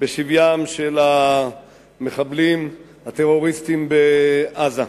בשביים של המחבלים הטרוריסטים בעזה.